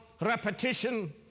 repetition